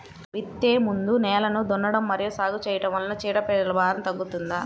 విత్తే ముందు నేలను దున్నడం మరియు సాగు చేయడం వల్ల చీడపీడల భారం తగ్గుతుందా?